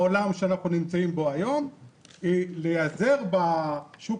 איך אנחנו יכולים לייצר עוד נסיעות בעולם שאנחנו נמצאים בו היום?